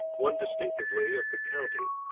one distinctively of the county,